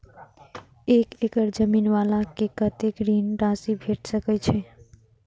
एक एकड़ जमीन वाला के कतेक ऋण राशि भेट सकै छै?